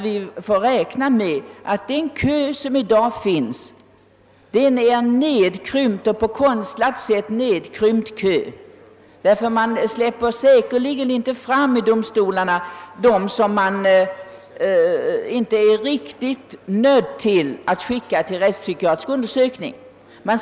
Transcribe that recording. Vi måste räkna med att den kö, som i dag finns, är en på konstlat sätt nedkrympt kö, därför att domstolarna inte släpper fram dem som man inte är helt nödsakad att skicka till rättspsykiatrisk undersökning.